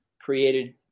created